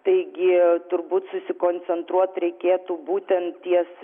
taigi turbūt susikoncentruot reikėtų būtent ties vėjais